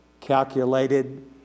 calculated